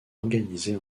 organisées